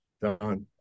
done